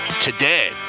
today